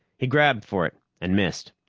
he grabbed for it and missed.